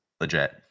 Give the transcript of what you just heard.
legit